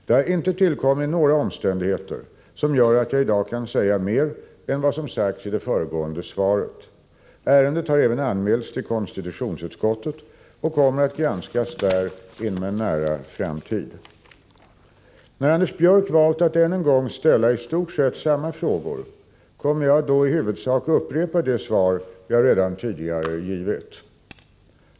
Det har inte tillkommit några omständigheter som gör att jag i dag kan säga mer än vad som sagts i det föregående svaret. Ärendet har även anmälts till konstitutionsutskottet och kommer att granskas där inom en nära framtid. När Anders Björck valt att än en gång ställa i stort sett samma frågor kommer jag då i huvudsak upprepa de svar jag redan tidigare givit.